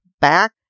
back